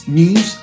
news